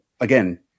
Again